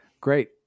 Great